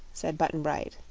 said button-bright.